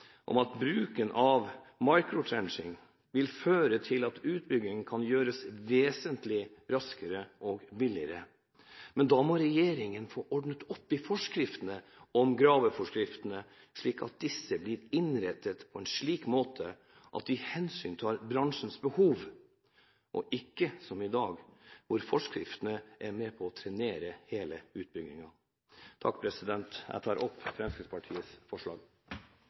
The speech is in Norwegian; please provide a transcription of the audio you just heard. om at bruken av «microtrenching» vil føre til at utbyggingen kan gjøres vesentlig raskere og billigere, men da må regjeringen få ordnet opp i graveforskriftene, slik at disse blir innrettet på en slik måte at de hensyntar bransjens behov, og ikke som i dag, at forskriftene er med på å trenere hele utbyggingen. Jeg tar opp Fremskrittspartiets forslag.